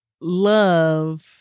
love